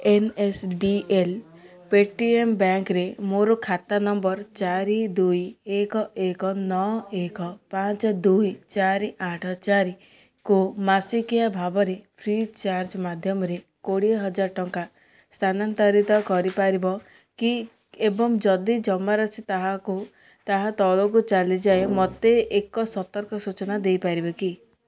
N S D L Paytm ବ୍ୟାଙ୍କରେ ମୋର ଖାତା ନମ୍ବର ଚାରି ଦୁଇ ଏକ ଏକ ନଅ ଏକ ପାଞ୍ଚ ଦୁଇ ଚାରି ଆଠ ଚାରିକୁ ମାସିକିଆ ଭାବରେ ଫ୍ରି ଚାର୍ଜ ମାଧ୍ୟମରେ କୋଡ଼ିଏ ହଜାର ଟଙ୍କା ସ୍ଥାନାନ୍ତରିତ କରିପାରିବ କି ଏବଂ ଯଦି ଜମାରାଶି ତାହା ତଳକୁ ଚାଲିଯାଏ ମୋତେ ଏକ ସତର୍କ ସୂଚନା ଦେଇପାରିବ କି